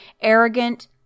arrogant